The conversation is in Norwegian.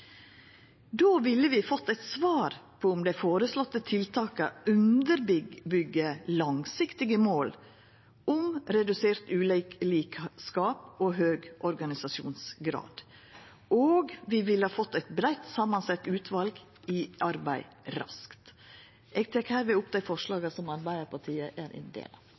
Då ville vi fått eit svar på om dei føreslåtte tiltaka underbyggjer langsiktige mål om redusert ulikskap og høg organisasjonsgrad, og vi ville fått eit breitt samansett utval i arbeid raskt. Eg tek hermed opp dei forslaga som Arbeidarpartiet er ein del av.